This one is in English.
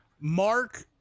Mark